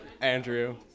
Andrew